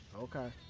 okay